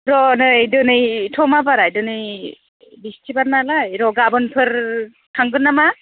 र' नै दिनैथ' मा बाराय दिनै बिस्थिबार नालाय र' गाबोनफोर थांगोन नामा